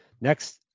Next